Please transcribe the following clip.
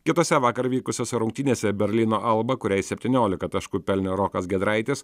kitose vakar vykusiose rungtynėse berlyno alba kuriai septyniolika taškų pelnė rokas giedraitis